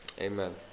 amen